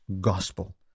gospel